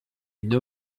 une